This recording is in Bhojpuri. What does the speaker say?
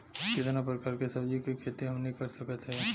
कितना प्रकार के सब्जी के खेती हमनी कर सकत हई?